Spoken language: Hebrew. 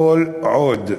כל עוד,